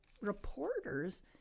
reporters